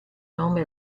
nome